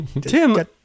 Tim